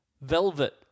velvet